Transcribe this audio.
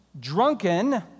Drunken